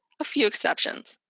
few exceptions.